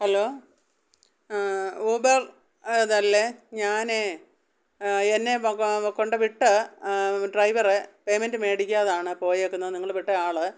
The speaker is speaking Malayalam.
ഹലോ ഊബർ അതല്ലേ ഞാനേ എന്നെ കൊണ്ട് വിട്ട ഡ്രൈവറ് പേയ്മെൻ്റ് മേടിക്കാതെയാണ് പോയേക്കുന്നത് നിങ്ങള് വിട്ട ആള്